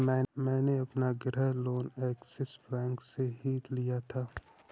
मैंने अपना गृह लोन ऐक्सिस बैंक से ही लिया था